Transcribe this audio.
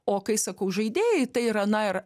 o kai sakau žaidėjai tai yra na ir